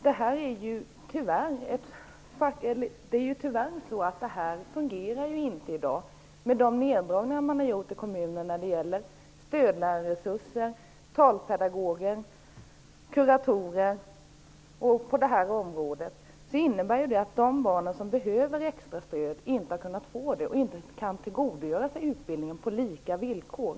Detta fungerar tyvärr inte i dag, med de neddragningar som man i kommunerna har gjort när det gäller stödlärarresurser, talpedagoger och kuratorer. Det innebär att de barn som behöver extra stöd inte har kunnat få det och inte kan tillgodogöra sig utbildningen på lika villkor.